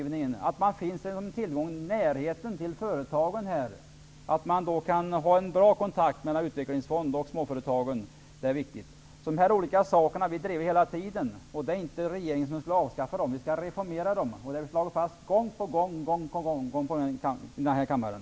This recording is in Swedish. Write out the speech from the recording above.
Vidare gör närheten att det kan förekomma bra kontakter mellan utvecklingsfonderna och småföretagen när det gäller rådgivningen. Vi har hela tiden drivit linjen att utvecklingsfonderna inte skall avvecklas utan reformeras. Det har vi gång på gång slagit fast här i kammaren.